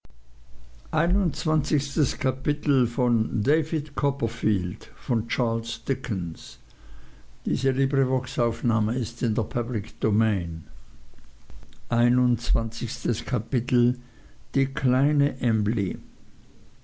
geweint die kleine emly